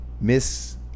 miss